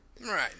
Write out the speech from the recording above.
Right